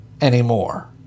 anymore